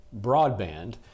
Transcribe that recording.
broadband